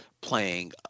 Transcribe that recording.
playing